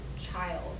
child